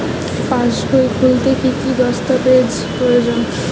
পাসবই খুলতে কি কি দস্তাবেজ প্রয়োজন?